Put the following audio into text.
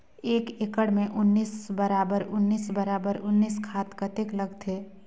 एक एकड़ मे उन्नीस बराबर उन्नीस बराबर उन्नीस खाद कतेक लगथे?